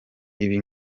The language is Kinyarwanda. ibi